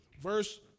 Verse